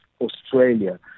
Australia